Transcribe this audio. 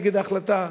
נגד ההחלטה.